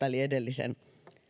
eli edellisen